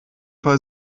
fall